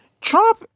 Trump